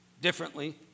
differently